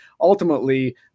Ultimately